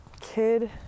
kid